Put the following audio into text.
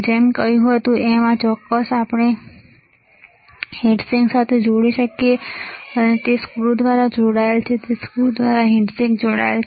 જેમ મેં કહ્યું કે આ ચોક્કસ વસ્તુ આપણે હીટસિંક સાથે જોડી શકીએ છીએ તમે અહીં જોઈ શકો છો કે તે સ્ક્રૂ દ્વારા જોડાયેલ છે તે સ્ક્રૂ દ્વારા હીટસિંક સાથે જોડાયેલ છે